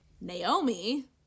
Naomi